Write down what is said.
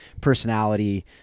personality